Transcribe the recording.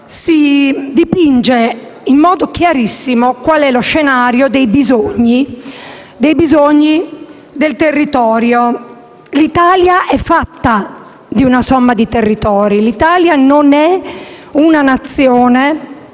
si dipinge in modo chiarissimo qual è lo scenario dei bisogni del territorio. L'Italia è fatta di una somma di territori, non è una nazione